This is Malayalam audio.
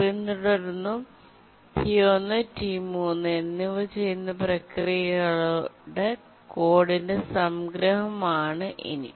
പിന്തുടരുന്നു T1 T3 എന്നിവ ചെയ്യുന്ന പ്രക്രിയകളുടെ കോഡിന്റെ സംഗ്രഹം ആണ് ഇനി